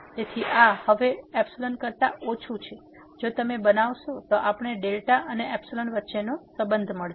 તેથી આ હવે કરતા ઓછું છે જો તમે બનાવશો તો આપણને δ અને વચ્ચેનો સંબંધ મળશે